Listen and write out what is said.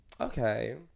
Okay